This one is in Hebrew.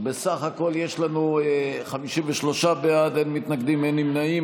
בסך הכול יש לנו 53 בעד, אין מתנגדים, אין נמנעים.